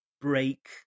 break